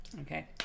Okay